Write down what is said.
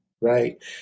Right